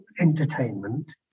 entertainment